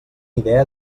idea